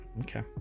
okay